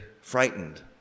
frightened